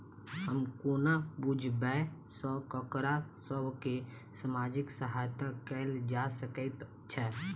हम कोना बुझबै सँ ककरा सभ केँ सामाजिक सहायता कैल जा सकैत छै?